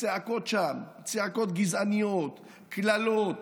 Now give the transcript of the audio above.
צעקות שם, צעקות גזעניות, קללות.